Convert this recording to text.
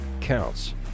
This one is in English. counts